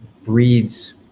breeds